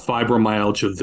Fibromyalgia